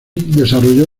desarrolló